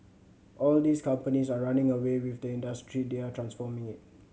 all these companies are running away with the industry they are transforming it